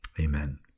Amen